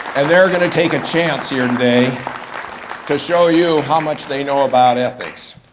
and they're gonna take a chance here today to show you how much they know about ethics.